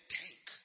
tank